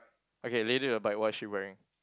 okay lady on the bike what she wearing